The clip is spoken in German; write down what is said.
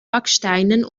backsteinen